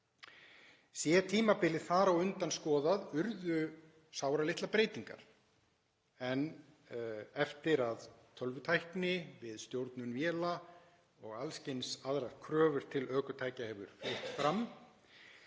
Sé tímabilið þar á undan skoðað urðu sáralitlar breytingar en eftir að tölvutækni við stjórnun véla og alls kyns öðrum kröfum til ökutækja hefur fleygt fram